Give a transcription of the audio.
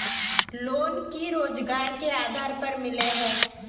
Loan की रोजगार के आधार पर मिले है?